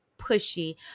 pushy